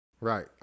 Right